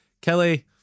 Kelly